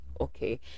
okay